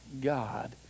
God